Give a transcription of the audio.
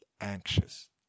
anxious